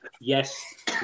yes